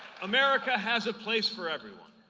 america has a place for everyone.